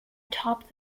top